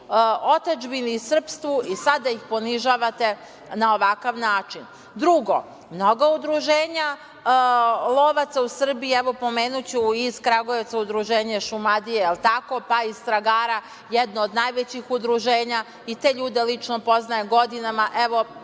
otadžbini, srpsku i sada ih ponižavate na ovakav način. Drugo, mnoga udruženja lovaca u Srbiji, evo, pomenuću Udruženje Šumadija iz Kragujevca, pa iz Stragara jedno od najvećih udruženja i te ljude lično poznajem godinama,